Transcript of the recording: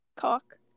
cock